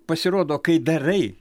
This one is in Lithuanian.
pasirodo kai darai